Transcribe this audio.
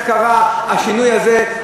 איך קרה השינוי הזה.